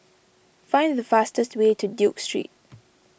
find the fastest way to Duke Street